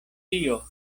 tio